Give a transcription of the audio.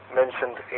mentioned